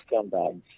scumbags